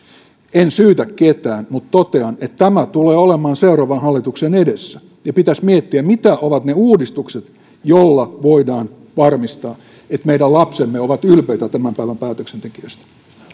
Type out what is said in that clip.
en syytä ketään mutta totean että tämä tulee olemaan seuraavan hallituksen edessä ja pitäisi miettiä mitä ovat ne uudistukset joilla voidaan varmistaa että meidän lapsemme ovat ylpeitä tämän päivän päätöksentekijöistä